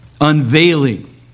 unveiling